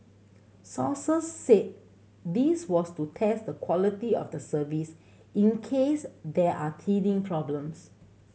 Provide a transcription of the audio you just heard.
sources said this was to test the quality of the service in case there are teething problems